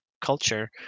culture